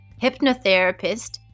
hypnotherapist